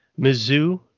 Mizzou